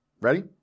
ready